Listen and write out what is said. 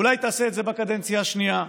אולי תעשה את זה בקדנציה השנייה,